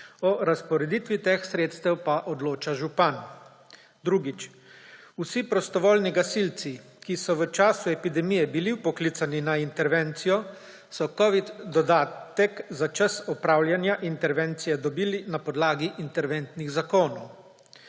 O razporeditvi teh sredstev pa odloča župan. Drugič. Vsi prostovoljni gasilci, ki so v času epidemije bili vpoklicani na intervencijo, so covid dodatek za čas opravljanja intervencije dobili na podlagi interventnih zakonov.